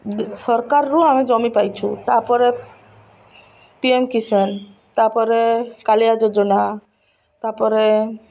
ସରକାରରୁ ଆମେ ଜମି ପାଇଛୁ ତା'ପରେ ପି ଏମ୍ କିଷାନ ତା'ପରେ କାଳିଆ ଯୋଜନା ତା'ପରେ